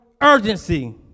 urgency